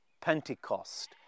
Pentecost